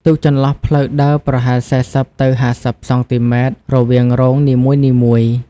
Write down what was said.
ទុកចន្លោះផ្លូវដើរប្រហែល ៤០ ទៅ ៥០ សង់ទីម៉ែត្រ រវាងរងនីមួយៗ។